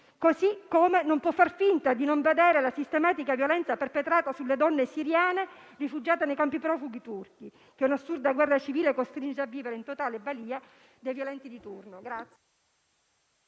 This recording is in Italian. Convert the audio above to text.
Così come non si può far finta di non vedere la sistematica violenza perpetrata sulle donne siriane rifugiate nei campi profughi turchi, che un' assurda guerra civile costringe a vivere in totale balia degli eventi di turno.